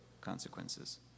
consequences